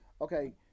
okay